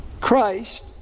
Christ